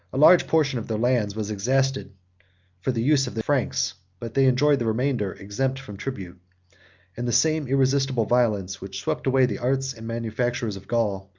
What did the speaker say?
a large portion of their lands was exacted for the use of the franks but they enjoyed the remainder, exempt from tribute and the same irresistible violence which swept away the arts and manufactures of gaul,